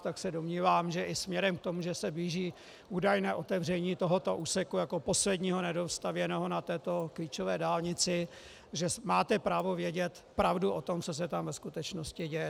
Tak se domnívám, že i směrem k tomu, že se blíží údajné otevření tohoto úseku jako posledního nedostavěného na této klíčové dálnici, máte právo vědět pravdu o tom, co se tam ve skutečnosti děje.